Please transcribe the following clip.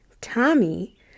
Tommy